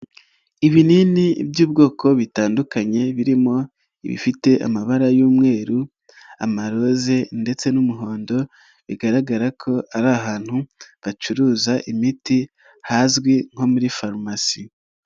Ibinini by'ubwoko butandukanye birimo ibifite amabara y'umweru, amaroze ndetse n'umuhondo bigaragara ko ari ahantu hacuruza imiti hazwi nko muri farumasi.